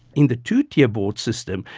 in the two-tier board system,